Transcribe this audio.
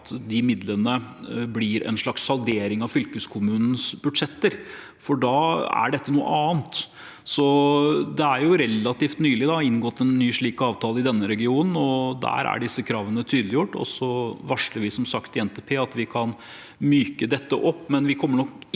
at de midlene blir en slags saldering av fylkeskommunens budsjetter, for da er dette noe annet. Det er relativt nylig inngått en ny slik avtale i denne regionen, og der er disse kravene tydeliggjort. Så varsler vi, som sagt, i NTP at vi kan myke dette opp,